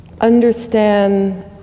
understand